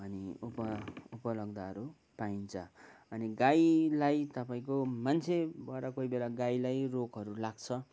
अनि उप उपलब्धिहरू पाइन्छ अनि गाईलाई तपाईँको मान्छेबाट कोही बेला गाईलाई रोगहरू लाग्छ